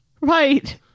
Right